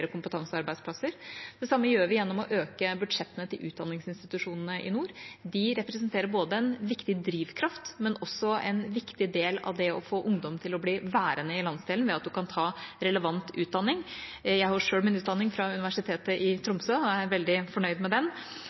kompetansearbeidsplasser. Det samme gjør vi gjennom å øke budsjettene til utdanningsinstitusjonene i nord. De representerer en viktig drivkraft og er også en viktig del av det å få ungdommen til å bli værende i landsdelen ved at man kan ta relevant utdanning. Jeg har selv min utdanning fra Universitetet i Tromsø og er veldig fornøyd med det. Vi har også gått over til en digital rapportering fordi den